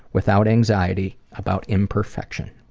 without anxiety about imperfection.